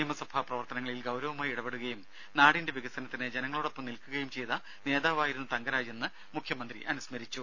നിയമസഭാ പ്രവർത്തനങ്ങളിൽ ഗൌരവമായി ഇടപെടുകയും നാടിന്റെ വികസനത്തിന് ജനങ്ങളോടൊപ്പം നിൽക്കുകയും ചെയ്ത നേതാവായിരുന്നു തങ്കരാജെന്ന് മുഖ്യമന്ത്രി അനുസ്മരിച്ചു